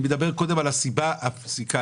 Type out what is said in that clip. אני מדבר קודם על הסיבה הפיסקלית.